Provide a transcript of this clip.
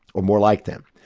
or more like them.